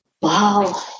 Wow